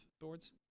boards